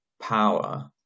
power